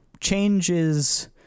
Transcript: changes